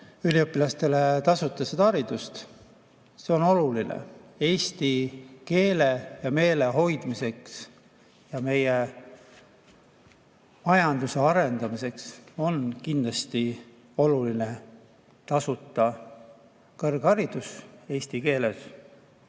välisüliõpilastele tasuta haridust. See on oluline eesti keele ja meele hoidmiseks. Ka meie majanduse arendamiseks on kindlasti oluline tasuta kõrgharidus eesti keeles.